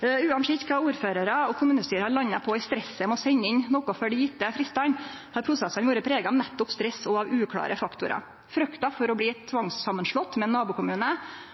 Uansett kva ordførarar og kommunestyre har landa på i stresset med å sende inn noko før dei gjevne fristane, har prosessane vore prega av nettopp stress og uklåre faktorar. Frykta for å bli tvangssamanslått med ein nabokommune